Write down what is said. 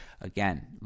again